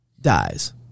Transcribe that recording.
dies